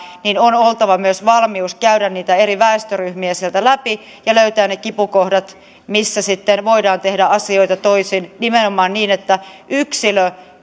niin on oltava myös valmius käydä niitä eri väestöryhmiä sieltä läpi ja löytää ne kipukohdat missä sitten voidaan tehdä asioita toisin nimenomaan niin että yksilö